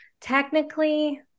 technically